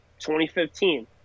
2015